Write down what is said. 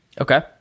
okay